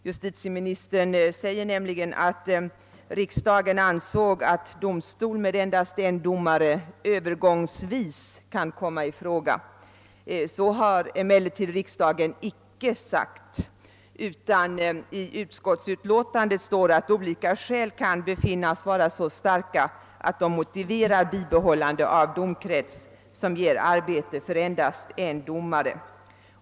Justitieministern säger nämligen att riksdagen ansåg att domstol med endast en domare »övergångsvis« kan komma i fråga. Så har riksdagen emellertid icke skrivit. I utskottsutlåtandet uttalas i stället att olika skäl kan befinnas vara så starka att de motiverar bibehållandet av en domkrets som ger arbete för endast en domare.